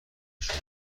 نشان